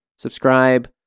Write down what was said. subscribe